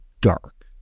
dark